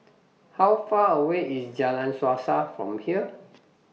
How Far away IS Jalan Suasa from here